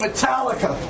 metallica